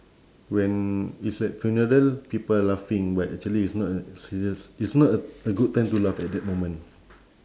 when it's at funeral people laughing but actually it's not a serious it's not a a good time to laugh at that moment